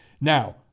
Now